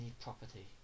property